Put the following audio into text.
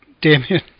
Damien